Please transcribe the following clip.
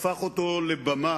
הפך אותו לבמה,